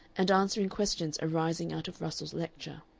and answering questions arising out of russell's lecture.